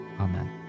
Amen